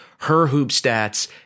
HerHoopStats